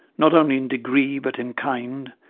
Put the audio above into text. not only in degree but in kind,